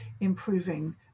improving